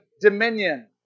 dominion